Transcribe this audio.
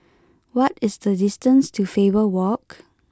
what is the distance to Faber Walk